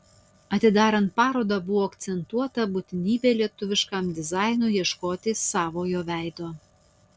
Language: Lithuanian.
atidarant parodą buvo akcentuota būtinybė lietuviškam dizainui ieškoti savojo veido